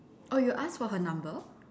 oh you ask for her number